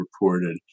reported